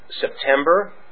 September